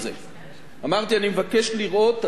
תציעו הצעות איך אפשר לגבות ולו לפחות